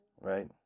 Right